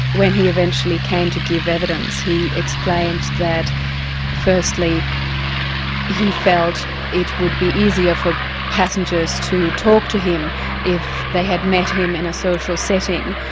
when he eventually came to give evidence, he explained that firstly he felt it would be easier for passengers to talk to him if they had met him in a social setting,